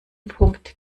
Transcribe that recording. punkt